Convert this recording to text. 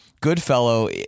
Goodfellow